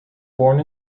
born